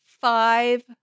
five